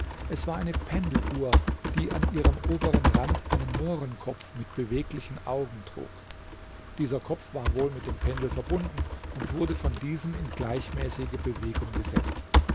es war eine pendeluhr die an ihrem oberen rand einen mohrenkopf mit beweglichen augen trug dieser kopf war wohl mit dem pendel verbunden und wurde von diesem in gleichmäßige bewegung gesetzt